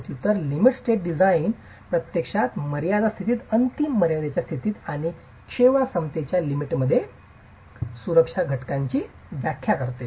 तर limit state design प्रत्यक्षात मर्यादा स्थितीत अंतिम मर्यादेच्या स्थितीत आणि सेवाक्षमतेच्या लिमिट स्टेट सुरक्षा घटकांची व्याख्या करते